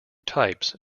types